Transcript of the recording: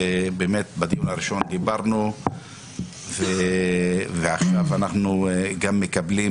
בדיון הראשון דיברנו ועכשיו אנחנו גם מקבלים